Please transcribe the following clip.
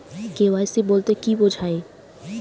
KYC বলতে কি বোঝায়?